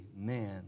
Amen